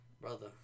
brother